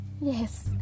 yes